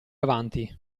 avanti